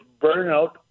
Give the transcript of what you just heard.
burnout